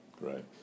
Right